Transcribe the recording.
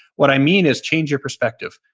what i mean is change your perspective.